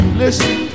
listen